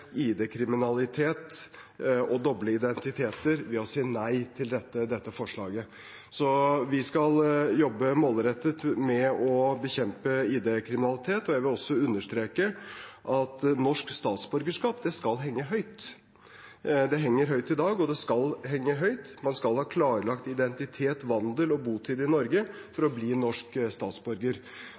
ID-kriminalitet og doble identiteter ved å si nei til dette forslaget. Vi skal jobbe målrettet med å bekjempe ID-krimininalitet, og jeg vil også understreke at norsk statsborgerskap skal henge høyt. Det henger høyt i dag, og det skal henge høyt. Man skal ha klarlagt identitet, vandel og botid i Norge for å bli norsk statsborger.